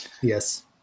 yes